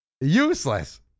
useless